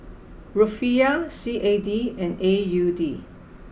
Rufiyaa C A D and A U D